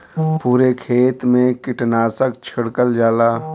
पुरे खेत मे कीटनाशक छिड़कल जाला